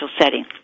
setting